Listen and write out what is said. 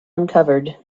uncovered